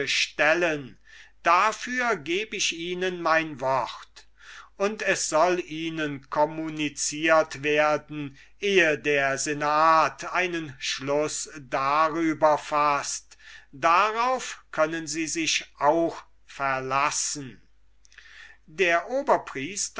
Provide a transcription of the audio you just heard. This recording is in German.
dafür geb ich ihnen mein wort und es soll ihnen communiciert werden eh der senat einen schluß darüber faßt darauf können sie sich auch verlassen der